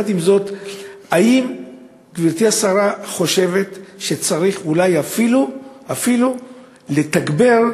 האם גברתי השרה חושבת שצריך אולי אפילו לתגבר,